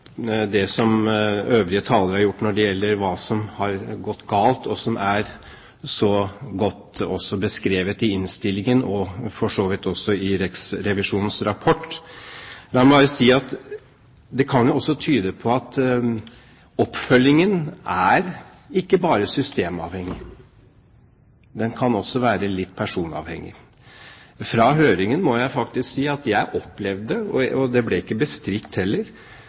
det som øvrige talere har gjort når det gjelder hva som har gått galt, og som er så godt beskrevet i innstillingen og for så vidt også i Riksrevisjonens rapport. La meg bare si at det kan tyde på at oppfølgingen ikke bare er systemavhengig, den kan også være personavhengig. Fra høringen må jeg faktisk si at jeg opplevde, og det ble ikke bestridt heller,